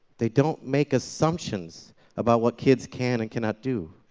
they don't make assumptions about what kids can and cannot do.